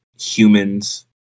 humans